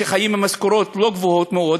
שחיים ממשכורות לא גבוהות מאוד,